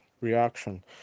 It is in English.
reaction